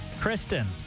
Kristen